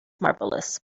marvelous